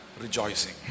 rejoicing